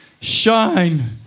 shine